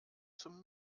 zum